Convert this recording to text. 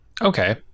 Okay